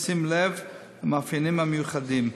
בשים לב למאפיינים המיוחדים.